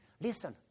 Listen